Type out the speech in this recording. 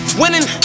winning